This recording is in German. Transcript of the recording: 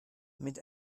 mit